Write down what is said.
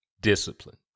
discipline